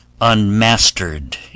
unmastered